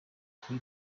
kuri